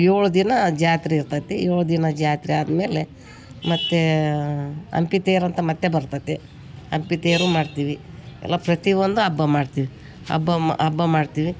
ಏಳು ದಿನ ಜಾತ್ರೆ ಇರ್ತದೆ ಏಳು ದಿನ ಜಾತ್ರೆ ಆದಮೇಲೆ ಮತ್ತು ಹಂಪಿ ತೇರಂತ ಮತ್ತು ಬರ್ತದೆ ಹಂಪಿ ತೇರು ಮಾಡ್ತೀವಿ ಎಲ್ಲ ಪ್ರತಿ ಒಂದು ಹಬ್ಬ ಮಾಡ್ತೀವಿ ಹಬ್ಬಾ ಹಬ್ಬ ಮಾಡ್ತೀವಿ